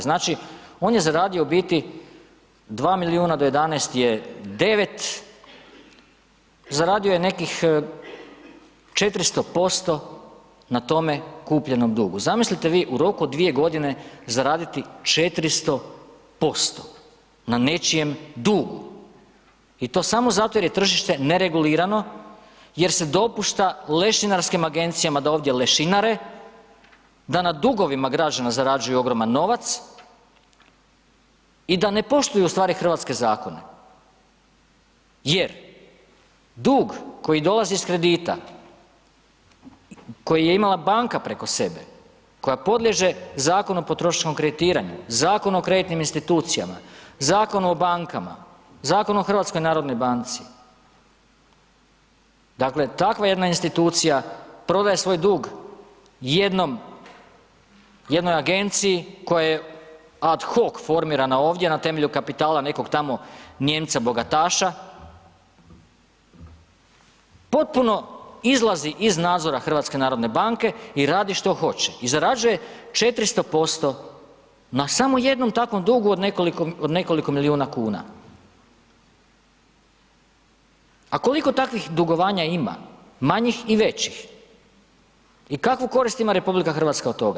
Znači on je zaradio u biti 2 milijuna, do 11 je 9, zaradio je nekih 400% na tome kupljenom dugu, zamislite vi u roku od 2 g. zaraditi 400% na nečijem dugu i to samo zato je tržište neregulirano jer se dopušta lešinarskim agencijama da ovdje lešinare, da na dugovima građana zarađuju ogroman novac i da ne poštuju ustvari hrvatske zakone jer dug koji dolazi iz kredita, koji je imala banka preko sebe, koja podliježe Zakonu o potrošačkom kreditiranju, Zakonu o kreditnim institucijama, Zakonu o bankama, Zakonu o HNB-u, dakle takva jedna institucija prodaje svoj dug jednoj agenciji koja je ad hoc formirana ovdje na temelju kapitala nekog tamo Nijemca bogataša, potpuno izlazi iz nadzora HNB-a i radi što hoće i zarađuje 400% na samo jednom takvom dugu od nekoliko milijun kuna a koliko takvih dugovanja ima manjih i većih i kakvu korist ima RH od toga.